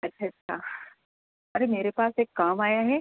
अच्छा अच्छा अरे मेरे पास एक काम आया है